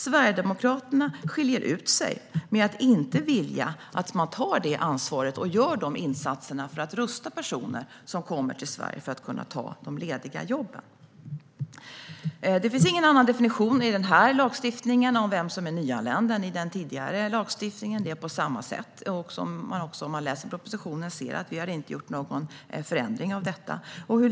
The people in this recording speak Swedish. Sverigedemokraterna skiljer ut sig genom att inte vilja att man tar det ansvaret och gör de insatserna för att rusta personer som kommer till Sverige att kunna ta de lediga jobben. Det finns ingen annan definition i den här lagstiftningen av vem som är nyanländ än i den tidigare lagstiftningen. Det är på samma sätt. Om man läser propositionen ser man att vi inte har gjort någon förändring av detta.